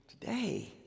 today